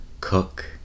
Cook